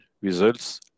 results